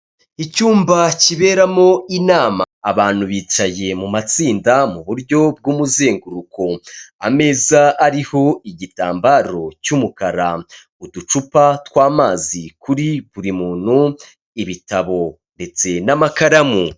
Icyumba kiberamo inama; abantu bicaye mu matsinda muburyo bw'umuzenguruko; ameza ariho igitambaro cy'umukara; uducupa tw'amazi kuri buri muntu, ibitabo ndetse n'amakaramu.